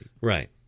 right